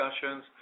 discussions